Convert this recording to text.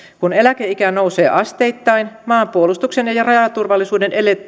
kun eläkeikä nousee asteittain maanpuolustuksen ja ja rajaturvallisuuden